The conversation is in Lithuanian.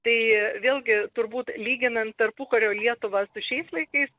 tai vėlgi turbūt lyginant tarpukario lietuvą su šiais laikais